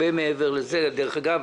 דרך אגב,